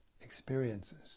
experiences